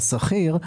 בסחיר,